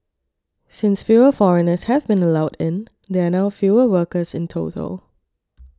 since fewer foreigners have been allowed in there are now fewer workers in total